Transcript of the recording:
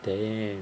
damn